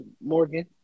Morgan